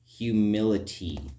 humility